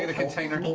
and container?